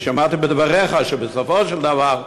כי שמעתי בדבריך שבסופו של דבר,